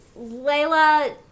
Layla